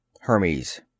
Hermes